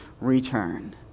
return